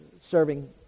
serving